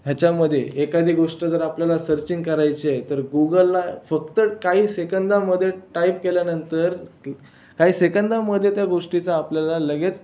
ह्याच्यामधे एखादी गोष्ट जर आपल्याला सर्चिंग करायची आहे तर गूगलला फक्त काही सेकंदांमध्ये टाइप केल्यानंतर क काही सेकंदामध्ये त्या गोष्टीचा आपल्याला लगेच